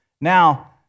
now